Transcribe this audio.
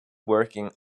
working